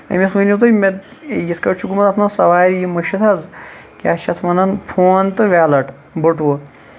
أمِس ؤنۍ یو تُہۍ مےٚ یِتھ کٲٹھۍ چھُ گوٚمُت اَتھ منٛز سَوارِ یِم چھِ حظ کیاہ چھِ اَتھ وَنان فون تہٕ ویلَٹ بٔٹوٕ